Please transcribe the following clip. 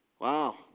Wow